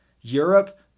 Europe